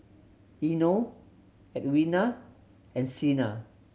Eino Edwina and Sina